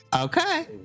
Okay